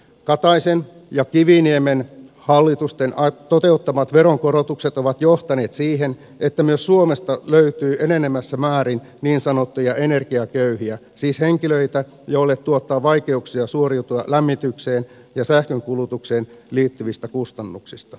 kataisen ja kiviniemen hallitusten toteuttamat veronkorotukset ovat johtaneet siihen että myös suomesta löytyy enenevässä määrin niin sanottuja energiaköyhiä siis henkilöitä joille tuottaa vaikeuksia suoriutua lämmitykseen ja sähkönkulutukseen liittyvistä kustannuksista